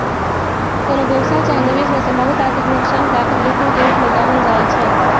कोनो व्यवसाय चाहे निवेश में संभावित आर्थिक नोकसान के आर्थिक जोखिम के रूप में जानल जाइ छइ